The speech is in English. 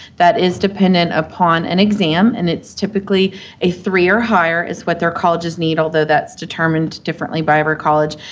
that is dependent upon an exam, and it's typically a three or higher is what their colleges need, although that's determined differently by every college.